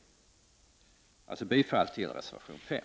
Jag yrkar alltså bifall till reservation nr 5.